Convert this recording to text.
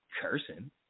cursing